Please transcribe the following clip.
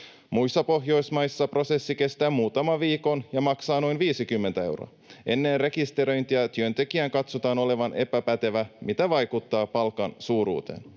Muissa Pohjoismaissa prosessi kestää muutaman viikon ja maksaa noin 50 euroa. Ennen rekisteröintiä työntekijän katsotaan olevan epäpätevä, mikä vaikuttaa palkan suuruuteen.